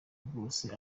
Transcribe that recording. rwose